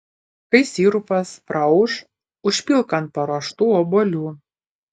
kai sirupas praauš užpilk ant paruoštų obuolių